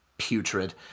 putrid